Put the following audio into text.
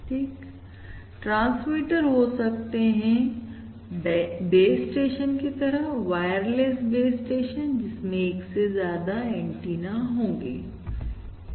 ठीक ट्रांसमीटर हो सकते हैं जोकि बेस स्टेशन की तरह होंगे वायरलेस बेस स्टेशन जिसमें 1 से ज्यादा एंटीना होंगे ठीक